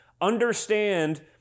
understand